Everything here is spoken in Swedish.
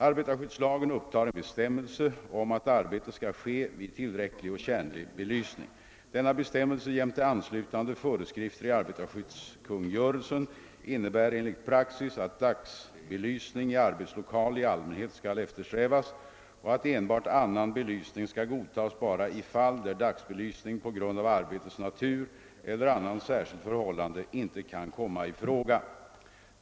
Aprbetarskyddslagen upptar en bestämmelse om att arbete skall ske vid tillräcklig och tjänlig belysning. Denna bestämmelse jämte anslutande föreskrifter i arbetarskyddskungörelsen innebär enligt praxis att dagsbelysning i arbetslokal i allmänhet skall eftersträvas och att enbart annan belysning skall godtas bara i fall där dagsbelysning på grund av arbetets natur eller annat särskilt förhållande inte kan komma i fråga.